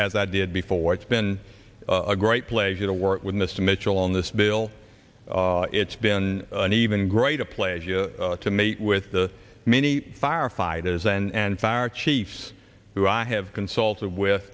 as i did before it's been a great pleasure to work with mr mitchell on this bill it's been an even greater pleasure to meet with the many firefighters and fire chiefs who i have consulted with